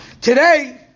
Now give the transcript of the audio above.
Today